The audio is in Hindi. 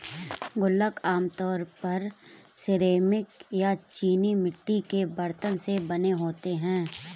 गुल्लक आमतौर पर सिरेमिक या चीनी मिट्टी के बरतन से बने होते हैं